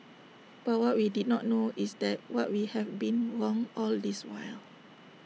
but what we did not know is that what we have been wrong all this while